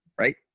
right